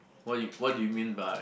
what do you what do you mean by